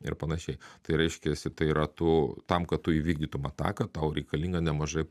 ir panašiai tai reiškiasi tai yra tu tam kad tu įvykdytum ataką tau reikalinga nemažai